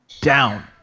down